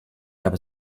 habe